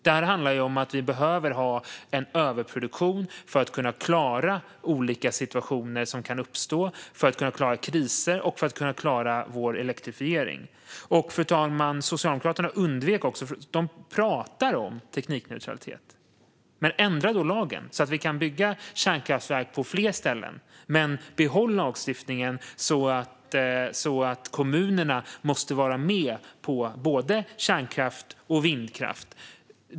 Det här handlar om att vi behöver ha en överproduktion för att klara olika situationer som kan uppstå och för att klara kriser och elektrifiering. Fru talman! Socialdemokraterna pratar om teknikneutralitet. Ändra då lagen så att vi kan bygga kärnkraftverk på fler ställen! Men behåll lagstiftningen som gör att kommunerna måste vara med på både kärnkraft och vindkraft!